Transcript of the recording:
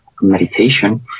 meditation